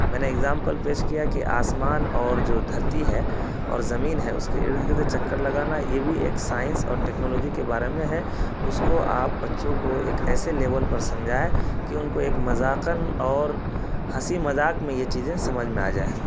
میں نے اگزامپل پیش کیا کہ آسمان اور جو دھرتی ہے اور زمین ہے اس کے ارد گرد چکر لگانا یہ بھی ایک سائنس اور ٹیکنالوجی کے بارے میں ہے اس کو آپ بچوں کو ایک ایسے لیول پر سمجھائیں کہ ان کو ایک مذاقاً اور ہنسی مذاق میں یہ چیزیں سمجھ میں آ جائے